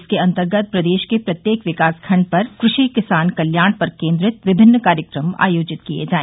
इसके अन्तर्गत प्रदेश के प्रत्येक विकास खण्ड पर कृषि किसान कल्याण पर केन्द्रित विभिन्न कार्यक्रम आयोजित किए जाए